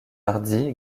hardy